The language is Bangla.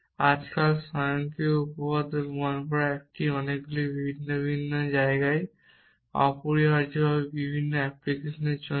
এবং আজকাল স্বয়ংক্রিয় উপপাদ্য প্রমাণ করা একটি অনেকগুলি ভিন্ন ভিন্ন জায়গায় অপরিহার্যভাবে বিভিন্ন অ্যাপ্লিকেশনের জন্য